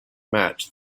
match